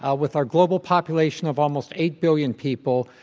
ah with our global population of almost eight billion people,